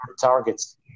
targets